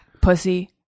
Pussy